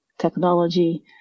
Technology